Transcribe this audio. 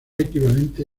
equivalente